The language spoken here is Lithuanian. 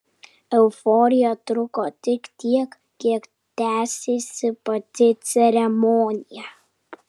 euforija truko tik tiek kiek tęsėsi pati ceremonija